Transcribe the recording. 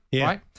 right